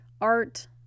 art